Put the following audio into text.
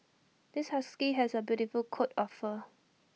this husky has A beautiful coat of fur